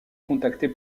contacté